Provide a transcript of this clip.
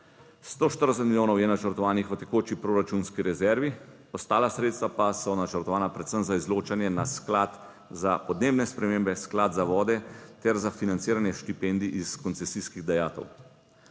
140 milijonov je načrtovanih v tekoči proračunski rezervi, ostala sredstva pa so načrtovana predvsem za izločanje na Sklad za podnebne spremembe, Sklad za vode ter za financiranje štipendij iz koncesijskih dajatev.